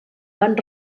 van